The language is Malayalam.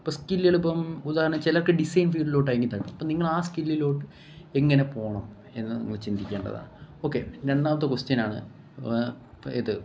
അപ്പോള് സ്കില്ലുകളിപ്പോള് ഉദാഹരണത്തിന് ചിലർക്ക് ഡിസൈൻ ഫീൽഡിലോട്ടായിരിക്കും താല്പര്യം അപ്പോള് നിങ്ങളാ സ്കില്ലിലോട്ട് എങ്ങനെ പോകണം എന്ന് നിങ്ങൾ ചിന്തിക്കേണ്ടതാണ് ഓക്കെ രണ്ടാമത്തെ ക്വൊസ്റ്റ്യനാണ് ഇത്